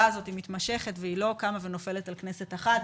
הזאת היא מתמשכת והיא לא קמה ונופלת על כנסת אחת.